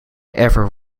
ever